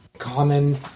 common